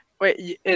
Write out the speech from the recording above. Wait